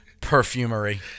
Perfumery